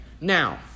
Now